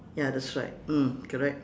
ya that's right mm correct